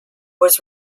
was